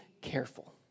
careful